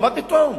מה פתאום,